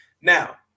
Now